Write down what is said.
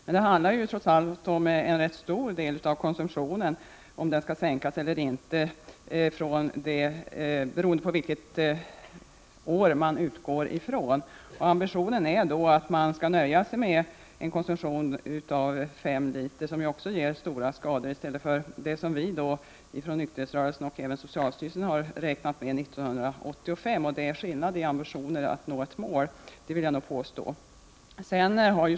Men det handlar trots allt om en rätt stor del av konsumtionen, om den skall sänkas eller inte, beroende på vilket år man utgår ifrån. Ambitionen är att man skall nöja sig med en konsumtion av 5 liter, som också ger stora skador, i stället för vad vi inom nykterhetsrörelsen och även socialstyrelsen har räknat med. Det är skillnad i ambitionen att nå ett mål — det vill jag nog påstå.